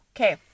Okay